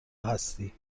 هستی